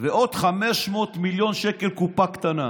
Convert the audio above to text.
ועוד 500 מיליון שקל קופה קטנה,